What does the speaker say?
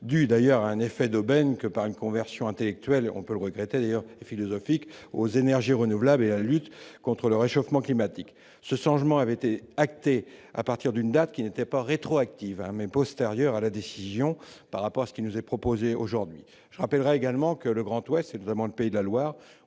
dur d'ailleurs un effet d'aubaine que par une conversion intellectuelle et on peut le regretter d'ailleurs philosophique aux énergies renouvelables et la lutte contre le réchauffement climatique, ce soir, je m'en avait été acté à partir d'une date qui n'était pas rétroactive postérieurs à la décision par rapport à ce qui nous est proposé aujourd'hui, je rappellerai également que le grand Ouest, c'est vraiment le pays de la Loire